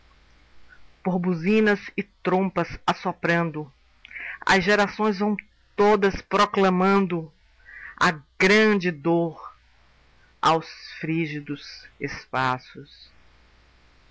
por buzinas e trompas assoprando as gerações vão todas proclamando a grande dor aos frígidos espaços